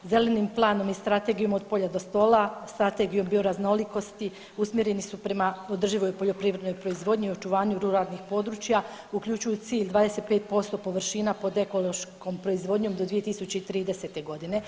Zelenim planom i strategijom od polja do stola, strategijom bioraznolikosti usmjereni su prema održivoj poljoprivrednoj proizvodnji i očuvanju ruralnih područja, uključuju cilj 25% površina pod ekološkom proizvodnjom do 2030. godine.